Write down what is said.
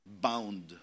bound